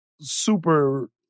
super